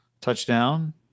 Touchdown